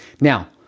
Now